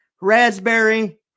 raspberry